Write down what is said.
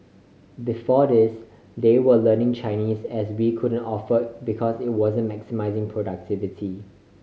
before this they were learning Chinese as we couldn't offer because it wasn't maximising productivity